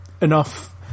enough